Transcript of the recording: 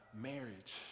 marriage